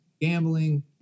gambling